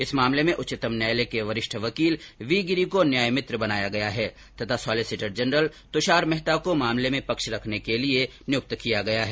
इस मामले में उच्चतम न्यायालय के वरिष्ठ वकील वी गिरी को न्यायमित्र बनाया गया है तथा सोलिसिटर जनरल तुषार मेहता को मामले में पक्ष रखने के लिये नियुक्त किया गया है